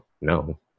No